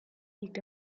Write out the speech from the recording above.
liegt